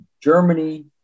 Germany